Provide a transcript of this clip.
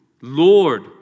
Lord